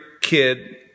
kid